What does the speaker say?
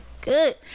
good